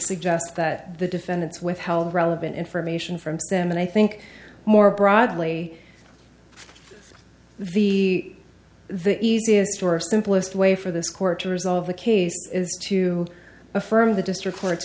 suggest that the defendants withheld relevant information from stem and i think more broadly the the easiest or simplest way for this court to resolve the case is to affirm the district court